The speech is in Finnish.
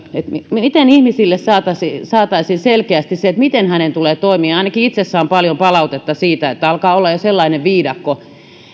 miten ihmisille saataisiin saataisiin selkeästi se miten hänen tulee toimia ainakin itse saan paljon palautetta siitä että alkaa olla jo sellainen viidakko